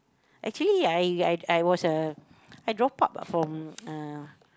actually I I I was a I dropped out lah from uh